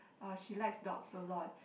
uh she likes dogs a lot